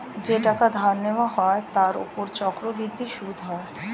যেই টাকা ধার নেওয়া হয় তার উপর চক্রবৃদ্ধি সুদ হয়